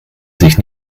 sich